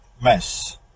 mess